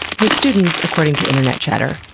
his students, according to internet chatter,